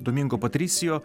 domingo patrisijo